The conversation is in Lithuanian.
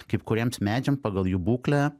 kaip kuriems medžiams pagal jų būklę